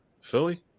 Philly